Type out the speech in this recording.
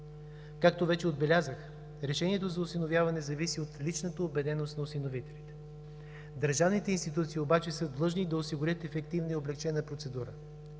Както вече отбелязах, решението за осиновяване зависи от личната убеденост на осиновителите. Държавните институции обаче са длъжни да осигурят ефективна и облекчена процедура.